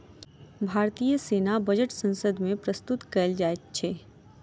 भारतीय सेना बजट संसद मे प्रस्तुत कयल जाइत अछि